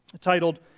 titled